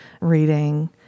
reading